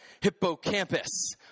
Hippocampus